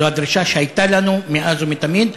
זו הדרישה שהייתה לנו מאז ומתמיד,